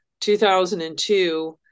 2002